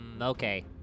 Okay